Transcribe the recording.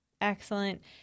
Excellent